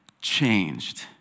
changed